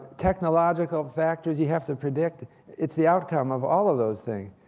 technological factors you have to predict. it's the outcome of all of those things.